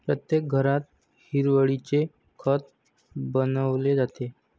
प्रत्येक घरात हिरवळीचे खत बनवले जाते